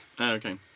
Okay